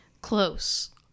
Close